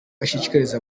ashishikariza